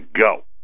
go